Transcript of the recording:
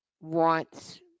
wants